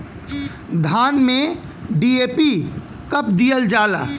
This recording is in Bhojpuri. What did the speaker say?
धान में डी.ए.पी कब दिहल जाला?